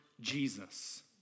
Jesus